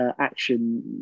action